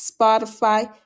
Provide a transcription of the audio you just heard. Spotify